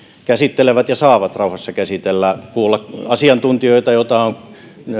käsittelevät ja saavat rauhassa käsitellä tätä ja kuulla asiantuntijoita joita on